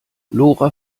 lora